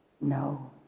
No